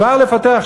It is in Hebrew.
כבר לפטר,